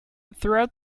throughout